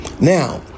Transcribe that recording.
Now